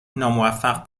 ناموفق